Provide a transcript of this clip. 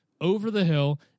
over-the-hill